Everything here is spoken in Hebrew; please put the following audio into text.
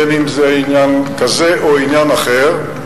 בין אם זה עניין כזה או עניין אחר,